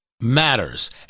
matters